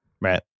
Right